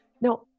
Now